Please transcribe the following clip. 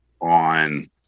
on